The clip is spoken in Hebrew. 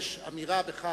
אמירה בכך.